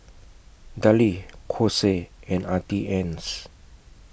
Darlie Kose and Auntie Anne's